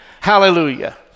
hallelujah